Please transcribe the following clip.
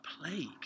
plague